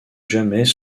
jamais